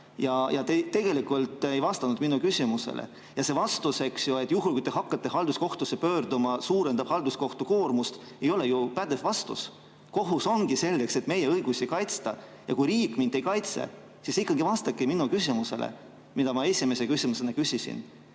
tegelikult ei vastanud mu küsimusele. See vastus, et kui te hakkate halduskohtusse pöörduma, siis see suurendab halduskohtu koormust, ei ole ju pädev vastus. Kohus ongi selgeks, et meie õigusi kaitsta, ja kui riik mind ei kaitse, siis ikkagi vastake mu küsimusele, mida ma esimesena küsisin: